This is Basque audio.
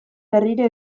berriro